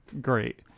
great